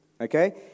okay